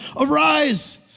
arise